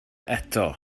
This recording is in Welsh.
eto